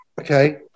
Okay